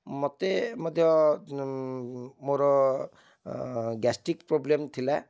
ମୋତେ ମଧ୍ୟ ମୋର ଗ୍ୟାଷ୍ଟ୍ରିକ୍ ପ୍ରୋବ୍ଲେମ୍ ଥିଲା